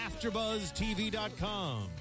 afterbuzztv.com